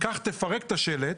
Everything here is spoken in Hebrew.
תפרק את השלט,